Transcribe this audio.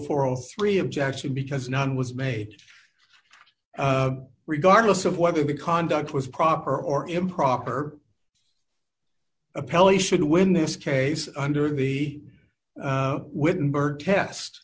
for all three objection because none was made regardless of whether the conduct was proper or improper appellee should win this case under the wittenburg test